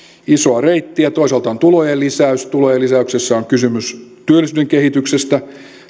isoa reittiä toisaalta on tulojen lisäys tulojen lisäyksessä on kysymys työllisyyden kehityksestä